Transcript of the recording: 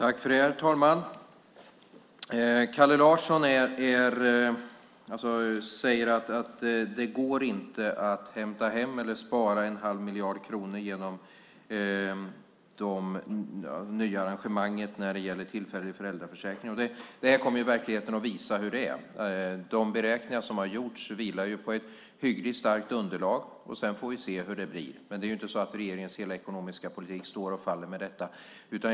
Herr talman! Kalle Larsson säger att det inte går att hämta hem eller spara 1⁄2 miljard kronor genom det nya arrangemanget för tillfällig föräldraförsäkring. Verkligheten kommer att visa hur det är. De beräkningar som har gjorts vilar på ett hyggligt starkt underlag. Sedan får vi se hur det blir. Det är inte så att regeringens hela ekonomiska politik står och faller med detta.